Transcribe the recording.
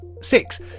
Six